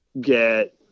get